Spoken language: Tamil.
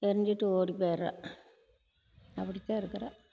தெரிஞ்சிகிட்டு ஓடி போயிட்றான் அப்படித்தான் இருக்கிறான்